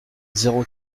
zéro